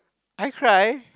I cry